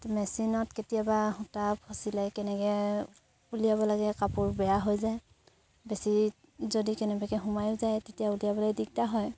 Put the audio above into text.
মেচিনত কেতিয়াবা সূতা ফচিলে কেনেকৈ উলিয়াব লাগে কাপোৰ বেয়া হৈ যায় বেছি যদি কেনেবাকৈ সোমায়ো যায় তেতিয়া উলিয়াবলৈ দিগদাৰ হয়